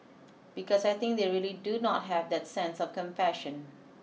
because I think they really do not have that sense of compassion